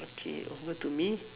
okay over to me